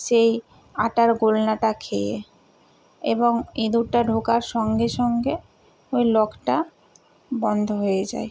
সেই আটার গোল্লাটা খেয়ে এবং ইঁদুরটা ঢোকার সঙ্গে সঙ্গে ওই লকটা বন্ধ হয়ে যায়